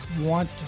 want